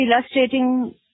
illustrating